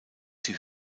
die